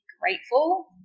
grateful